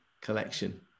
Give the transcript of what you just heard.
collection